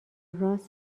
راس